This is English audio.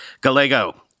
Gallego